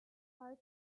five